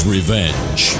Revenge